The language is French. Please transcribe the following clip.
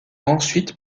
ensuite